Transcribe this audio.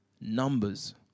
numbers